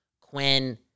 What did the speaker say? Quinn